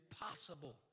impossible